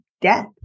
death